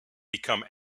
become